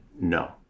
no